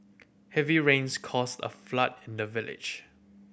heavy rains caused a flood in the village